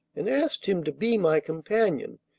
and asked him to be my companion,